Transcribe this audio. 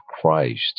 Christ